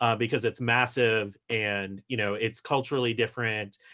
ah because it's massive. and you know it's culturally different.